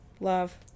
Love